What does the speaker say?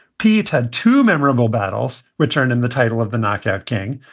pete had two memorable battles, which earned him the title of the knockout king.